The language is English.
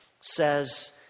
says